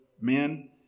men